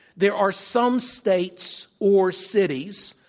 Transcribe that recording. there are some states or cities